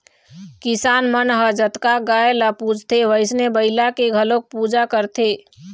किसान मन ह जतका गाय ल पूजथे वइसने बइला के घलोक पूजा करथे